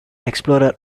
explorer